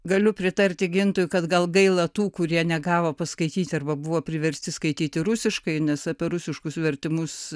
galiu pritarti gintui kad gal gaila tų kurie negavo paskaityti arba buvo priversti skaityti rusiškai nes apie rusiškus vertimus